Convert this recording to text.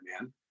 man